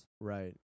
Right